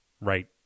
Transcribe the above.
right